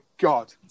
God